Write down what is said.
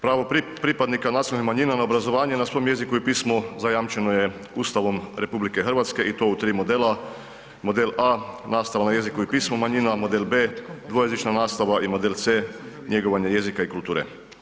Pravo pripadnika nacionalnih manjina na obrazovanje na svom jeziku i pismu zajamčeno je Ustavom RH i to u tri modela, model A nastava na jeziku i pismu manjina, model B dvojezična nastava i model C njegovanje jezika i kulture.